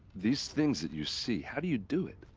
these things that you see, how do you do it?